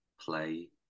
play